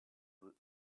will